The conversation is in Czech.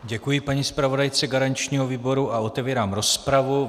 Děkuji paní zpravodajce garančního výboru a otevírám rozpravu.